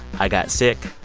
i got sick.